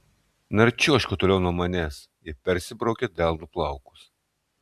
na ir čiuožk kuo toliau nuo manęs ji persibraukė delnu plaukus